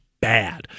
Bad